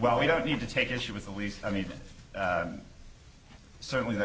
well we don't need to take issue with the lease i mean certainly th